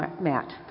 Matt